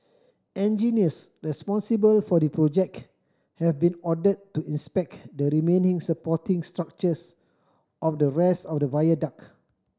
engineers responsible for the project have been ordered to inspect the remaining supporting structures of the rest of the viaduct